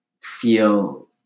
feel